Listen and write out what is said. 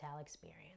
experience